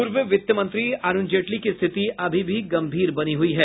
पूर्व वित्तमंत्री अरुण जेटली की स्थिति अभी भी गम्मीर बनी हुई है